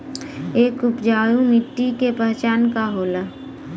एक उपजाऊ मिट्टी के पहचान का होला?